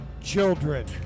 Children